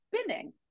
spinning